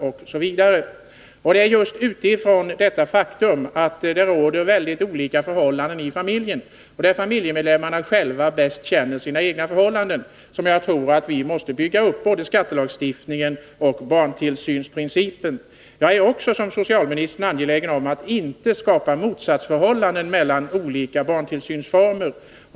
Det är just med hänsyn till detta faktum, att det råder olika förhållanden inom familjerna och att familjemedlemmarna själva bäst känner sina egna förhållanden, som jag tror att vi måste bygga upp både skattelagstiftningen och barntillsynsprincipen. Jag är också, som socialministern, angelägen om att inte skapa motsatsförhållanden mellan olika barntillsynsformer.